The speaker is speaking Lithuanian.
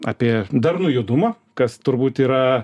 apie darnų judumą kas turbūt yra